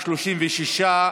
36,